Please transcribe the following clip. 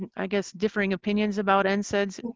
i guess, differing opinions about and nsaids. and